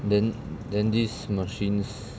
then then these machines